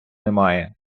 немає